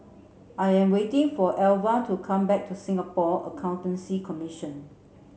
I am waiting for Alvia to come back from Singapore Accountancy Commission